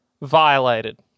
violated